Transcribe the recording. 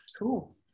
Cool